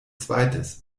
zweites